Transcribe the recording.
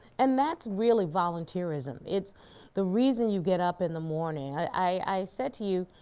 and that's really volunteerism. it's the reason you get up in the morning. i said to you,